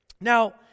Now